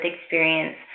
experience